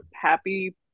happy